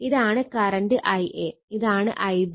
ഇതാണ് current Ia ഇത് Ib